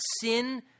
sin